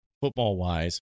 football-wise